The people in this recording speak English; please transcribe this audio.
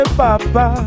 papa